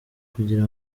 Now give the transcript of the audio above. kugira